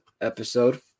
episode